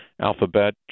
Alphabet